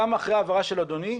גם אחרי ההבהרה של אדוני,